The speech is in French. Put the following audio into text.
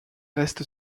reste